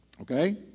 Okay